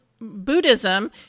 Buddhism